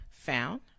Found